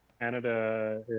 Canada